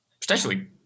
potentially